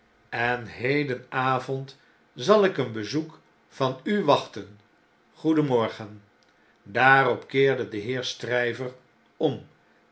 en hedenavond zal ik een bezoek van u wachten goedenmorgen daarop keerde de heer stryver om